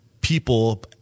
people